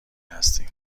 هستیم